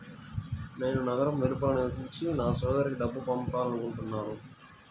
నేను నగరం వెలుపల నివసించే నా సోదరుడికి డబ్బు పంపాలనుకుంటున్నాను